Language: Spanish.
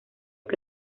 que